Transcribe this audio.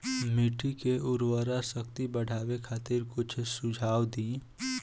मिट्टी के उर्वरा शक्ति बढ़ावे खातिर कुछ सुझाव दी?